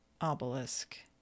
obelisk